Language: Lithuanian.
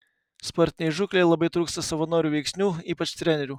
sportinei žūklei labai trūksta savanorių veiksnių ypač trenerių